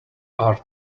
are